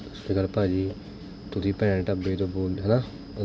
ਸਤਿ ਸ਼੍ਰੀ ਅਕਾਲ ਭਾਅ ਜੀ ਤੁਸੀਂ ਭੈਣਾਂ ਦੇ ਢਾਬੇ ਤੋਂ ਬੋਲਦੇ ਹੈ ਨਾ